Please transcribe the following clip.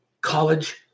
college